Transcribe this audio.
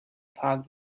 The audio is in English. parked